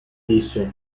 disse